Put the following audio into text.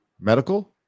medical